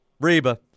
Reba